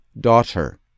daughter